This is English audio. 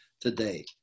today